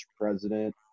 president